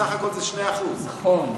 בסך הכול זה 2%. נכון.